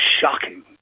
shocking